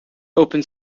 open